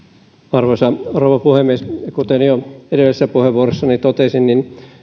arvoisa rouva puhemies kuten jo edellisessä puheenvuorossani totesin niin